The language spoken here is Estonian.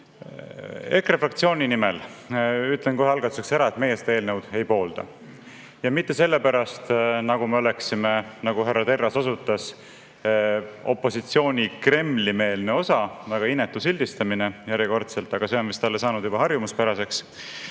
EKRE fraktsiooni nimel ütlen kohe algatuseks ära, et meie seda eelnõu ei poolda, ja mitte sellepärast, et me oleksime, nagu härra Terras osutas, opositsiooni Kremli-meelne osa – väga inetu sildistamine järjekordselt, aga see on vist saanud talle juba harjumuspäraseks